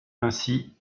ainsi